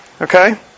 Okay